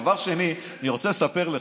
דבר שני, אני רוצה לספר לך,